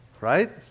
right